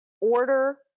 order